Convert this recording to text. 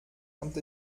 kommt